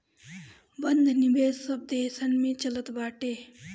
बंध निवेश सब देसन में चलत बाटे